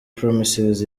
promises